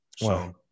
Wow